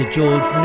George